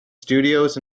studios